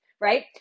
right